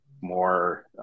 more